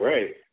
Right